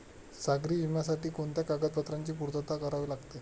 सागरी विम्यासाठी कोणत्या कागदपत्रांची पूर्तता करावी लागते?